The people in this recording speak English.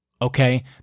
okay